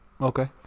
Okay